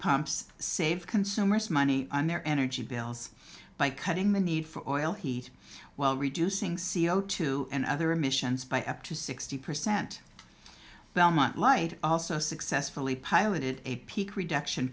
pumps save consumers money on their energy bills by cutting the need for oil heat while reducing c o two and other emissions by up to sixty percent belmont light also successfully piloted a peak reduction